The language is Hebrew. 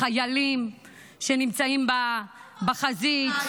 חיילים שנמצאים בחזית,